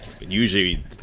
Usually